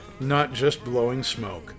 NotJustBlowingSmoke